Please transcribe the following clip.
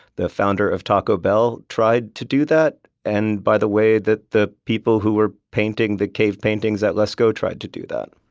the founder of taco bell, tried to do that and by the way that the people who were painting the cave paintings at lascaux tried to do that